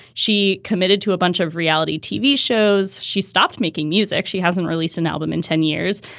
she committed to a bunch of reality tv shows. she stopped making music. she hasn't released an album in ten years.